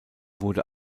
wurde